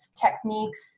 techniques